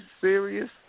serious